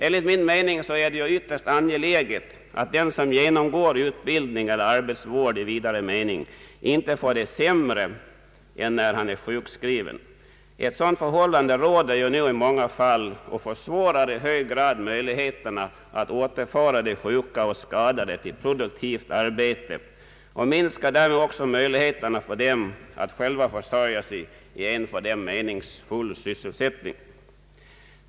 Enligt min mening är det ytterst angeläget att den som genomgår utbildning eller arbetsvård i vidare mening inte får det sämre än när han är sjuk skriven. Ett sådant förhållande råder nu i många fall och försvårar i hög grad möjligheterna att återföra de sjuka och skadade till produktivt arbete, och minskar därmed också möjligheterna för dem att själva försörja sig i en för dem meningsfull sysselsättning.